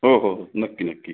हो हो हो नक्की नक्की